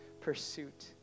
pursuit